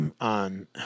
on